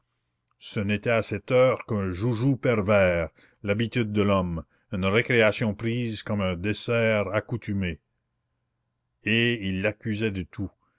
ce n'était à cette heure qu'un joujou pervers l'habitude de l'homme une récréation prise comme un dessert accoutumé et il l'accusait de tout